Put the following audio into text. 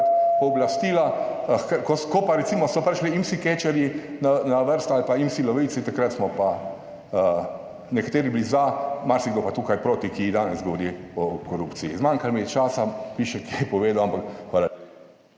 pooblastila. Ko pa recimo so prišli IMSI-catcherji na vrsto ali pa IMSI-lovilci, takrat smo pa nekateri bili za, marsikdo pa tukaj proti, ki danes govori o korupciji. Zmanjkalo mi je časa, bi še kaj povedal, ampak hvala.